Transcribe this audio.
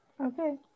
Okay